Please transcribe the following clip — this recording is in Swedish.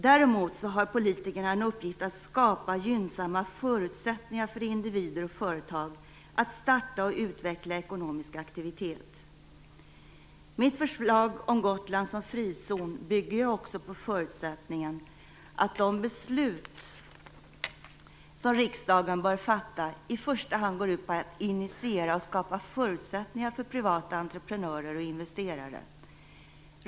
Däremot har politikerna en uppgift i att skapa gynnsamma förutsättningar för individer och företag att starta och utveckla ekonomisk aktivitet. Mitt förslag om Gotland som frizon bygger också på förutsättningen att de beslut som riksdagen bör fatta i första hand går ut på att initiera och skapa förutsättningar för privata entreprenörer och investerare.